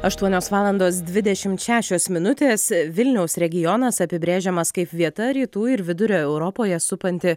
aštuonios valandos dvidešimt šešios minutės vilniaus regionas apibrėžiamas kaip vieta rytų ir vidurio europoje supanti